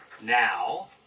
Now